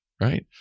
right